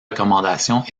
recommandations